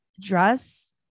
dress